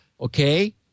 okay